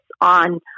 on